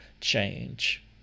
change